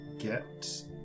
get